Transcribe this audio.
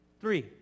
Three